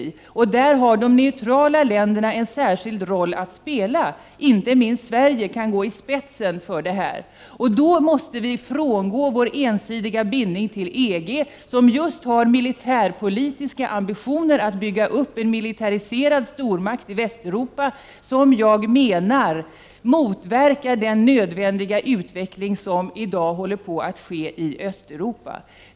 I det avseendet har de neutrala länderna en särskild roll att spela — inte minst Sverige, som här kan gå i spetsen. Men då måste vi frångå vår ensidiga bindning till EG som just har militärpolitiska ambitioner att bygga upp en militariserad stormakt i Västeuropa, något som jag menar motverkar den nödvändiga utveckling som i dag är på gång i Östeuropa.